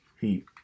Heat